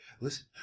listen